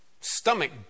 stomach